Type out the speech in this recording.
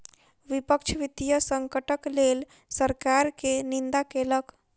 विपक्ष वित्तीय संकटक लेल सरकार के निंदा केलक